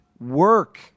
work